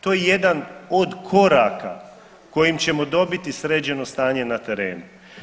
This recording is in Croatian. To je jedan od koraka kojim ćemo dobiti sređeno stanje na terenu.